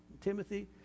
Timothy